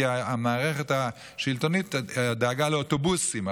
כי המערכת השלטונית דאגה לאוטובוסים,